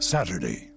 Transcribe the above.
Saturday